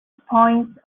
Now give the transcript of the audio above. points